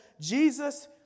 Jesus